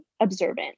observant